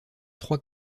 trois